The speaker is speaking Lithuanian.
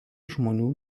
žmonių